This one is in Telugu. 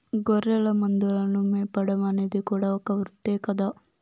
గొర్రెల మందలను మేపడం అనేది కూడా ఒక వృత్తే కదా